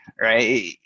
right